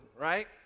right